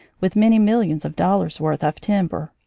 with many millions of dollars worth of timber,